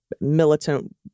militant